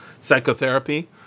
psychotherapy